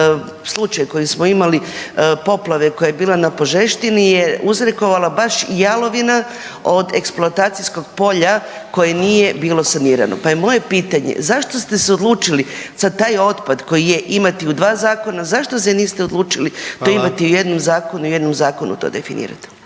slučaj koji smo imali poplave koja je bila na Požeštini je uzrokovala baš jalovina od eksploatacijskog polja koje nije bilo sanirano, pa je moje pitanje zašto ste se taj otpad koji je imati u dva zakona, zašto se niste odlučili to imati u jednom zakonu …/Upadica: Hvala./… u jednom zakonu to definirati.